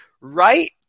right